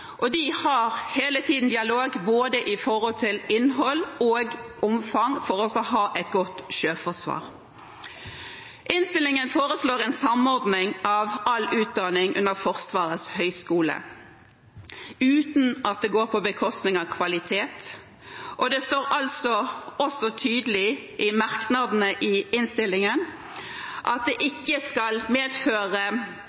og de har hele tiden dialog om både innhold og omfang, for å ha et godt sjøforsvar. Innstillingen foreslår en samordning av all utdanning under Forsvarets høgskole, uten at det går på bekostning av kvalitet, og det står tydelig i merknadene i innstillingen at det